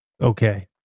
okay